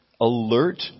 alert